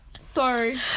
Sorry